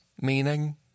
meaning